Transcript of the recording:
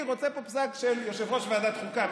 אני רוצה פה פסק של יושב-ראש ועדת חוקה,